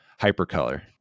hypercolor